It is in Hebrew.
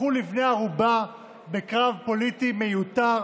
הפכו לבני ערובה בקרב פוליטי מיותר